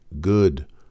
good